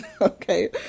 Okay